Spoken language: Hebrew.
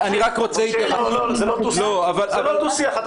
אני רק רוצה התייחסות --- משה, זה לא דו שיח.